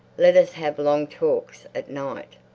let us have long talks at night.